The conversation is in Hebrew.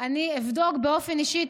אבדוק באופן אישי.